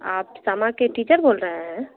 آپ سما کے ٹیچر بول رہے ہیں